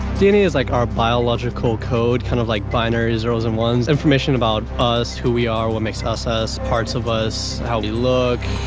dna is like our biological code, kind of like binary zeros and ones. information about us, who we are, what makes us us, parts of us, how we look,